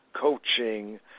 coaching